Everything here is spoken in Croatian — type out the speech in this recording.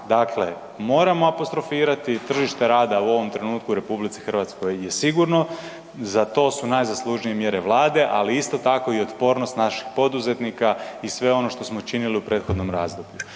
Dakle, moramo apostrofirati tržište rada u ovom trenutku u RH je sigurno, za to su najzaslužnije mjere Vlade, ali isto tako i otpornost naših poduzetnika i sve ono što smo činili u prethodnom razdoblju.